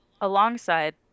Alongside